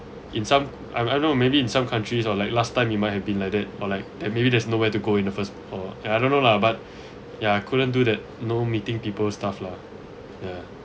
in some I don't know maybe in some countries are like last time you might have been like that or like and maybe there's nowhere to go in the first or I don't know lah but yeah I couldn't do that no meeting people stuff lah ya